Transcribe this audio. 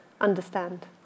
understand